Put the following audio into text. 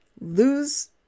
lose